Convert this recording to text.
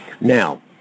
Now